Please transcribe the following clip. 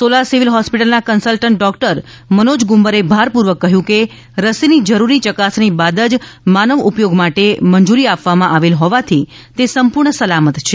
Sola civil હોસ્પિટલના consultant doctor Manoj Gumbare ભારપૂર્વક કહ્યું હતું કે રસીની જરૂરી ચકાસણી બાદ જ માનવ ઉપયોગ માટે મંજૂરી આપવામાં આવેલ હોવાથી તે સંપૂર્ણ સલામત છે